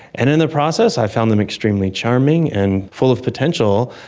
and in the process i found them extremely charming and full of potential,